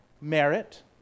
merit